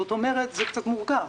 זה קצת מורכב.